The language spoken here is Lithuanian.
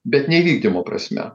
bet devykdymo prasme